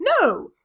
No